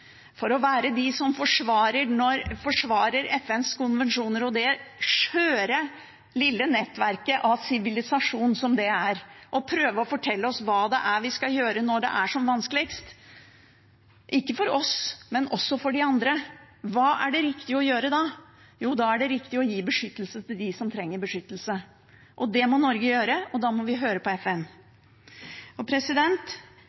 forsvarer FNs konvensjoner og det skjøre, lille nettverket av sivilisasjon som det er, som prøver å fortelle oss hva vi skal gjøre når det er som vanskeligst – ikke for oss, men for de andre. Hva er riktig å gjøre da? Jo, da er det riktig å gi beskyttelse til dem som trenger beskyttelse. Det må Norge gjøre, og da må vi høre på